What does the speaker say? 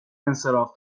انصراف